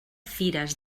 fires